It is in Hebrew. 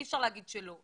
אי אפשר להגיד שלא.